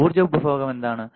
ഊർജ്ജ ഉപഭോഗം എന്താണ്